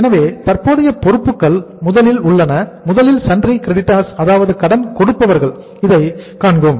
எனவே தற்போதைய பொறுப்புக்கள் முதலில் உள்ளன முதலில் சன்றி கிரெடிட்டார்ஸ் அதாவது கடன் கொடுப்பவர்கள் இருப்பதை காண்போம்